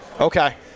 Okay